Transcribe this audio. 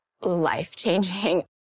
life-changing